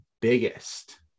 biggest